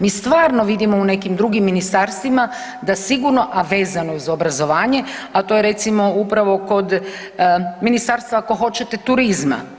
Mi stvarno vidimo u nekim drugim ministarstvima da sigurno, a vezano uz obrazovanje, a to je recimo upravo kod Ministarstva ako hoćete turizma.